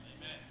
Amen